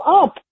up